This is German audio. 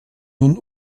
nun